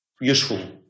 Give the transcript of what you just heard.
useful